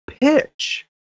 pitch